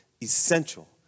essential